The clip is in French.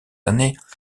années